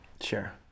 sure